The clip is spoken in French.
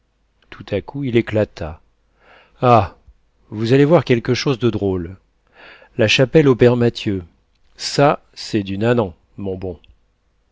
tout à coup il éclata ah vous allez voir quelque chose de drôle la chapelle au père mathieu ça c'est du nanan mon bon